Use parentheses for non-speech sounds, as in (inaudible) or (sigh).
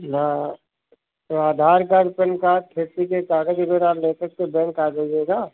(unintelligible) तो Aadhaar card PAN card खेती के कागज वगैरह लेकर के बैंक आ जाइएगा